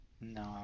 No